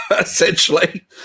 essentially